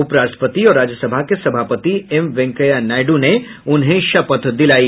उप राष्ट्रपति और राज्यसभा के सभापति एम वेंकैया नायडू उन्हें शपथ दिलायी